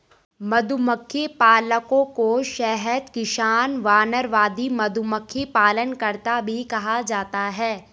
मधुमक्खी पालकों को शहद किसान, वानरवादी, मधुमक्खी पालनकर्ता भी कहा जाता है